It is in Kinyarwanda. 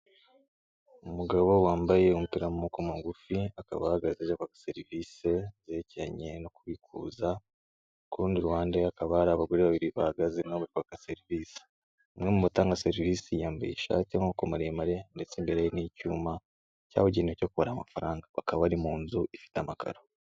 Umugabo wambaye umupira w'amaboko magufi, akaba ahagaze aje kwaka serivisi zerekeranye no kubikuza, ku rundi ruhande hakaba hari abagore babiri bahagaze na bo baje kwaka serivisi, umwe mu batanga serivisi yambaye ishati y'amaboko maremare, ndetse imbere n'icyuma cyabugenewe cyo kubara amafaranga, bakaba bari mu nzu ifite amakaro.